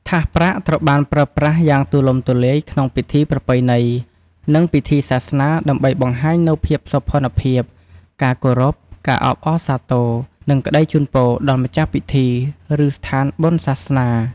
ថាសប្រាក់ត្រូវបានប្រើប្រាស់យ៉ាងទូលំទូលាយក្នុង ពិធីប្រពៃណី និង ពិធីសាសនា ដើម្បីបង្ហាញនូវភាពសោភ័ណភាព ការគោរព ការអបអរសាទរ និងក្តីជូនពរដល់ម្ចាស់ពិធី ឬស្ថានបុណ្យសាសនា។